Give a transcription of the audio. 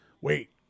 Wait